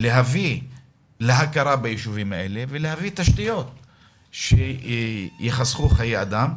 להביא להכרה ביישובים האלה ולהביא תשתיות שיחסכו חיי אדם.